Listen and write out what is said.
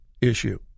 issue